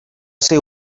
ser